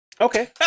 Okay